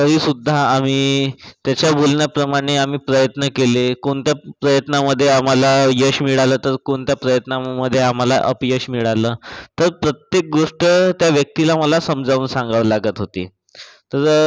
तरीसुध्दा आम्ही त्याच्या बोलण्याप्रमाणे आम्ही प्रयत्न केले कोणत्या प्रयत्नामध्ये आम्हाला यश मिळालं तर कोणत्या प्रयत्नामध्ये आम्हाला अपयश मिळालं तर प्रत्येक गोष्ट त्या व्यक्तीला मला समजावून सांगावी लागत होती तर